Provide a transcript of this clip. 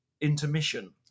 intermission